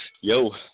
Yo